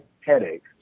headaches